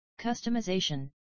Customization